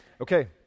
Okay